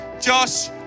Josh